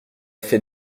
fait